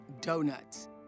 donuts